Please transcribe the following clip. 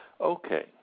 Okay